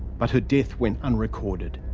but her death went unrecorded.